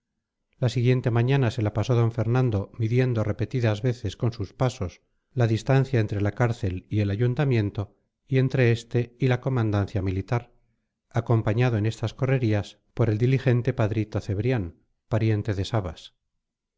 la siguiente mañana se la pasó d fernando midiendo repetidas veces con sus pasos la distancia entre la cárcel y el ayuntamiento y entre este y la comandancia militar acompañado en estas correrías por el diligente padrito cebrián pariente de sabas